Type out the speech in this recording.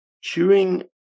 chewing